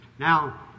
Now